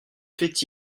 fait